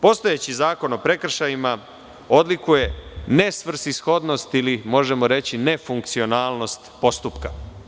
Postojeći zakon o prekršajima odlikuje nesvrsishodnost ili, možemo reći, nefunkcionalnost postupka.